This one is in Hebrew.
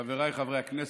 חבריי חברי הכנסת,